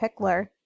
Pickler